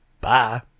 Bye